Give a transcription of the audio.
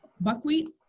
buckwheat